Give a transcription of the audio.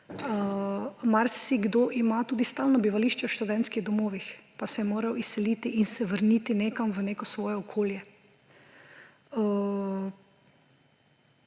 Marsikdo ima tudi stalno bivališče v študentskem domu, pa se je moral izseliti in se vrniti nekam v neko svoje okolje.